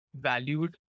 valued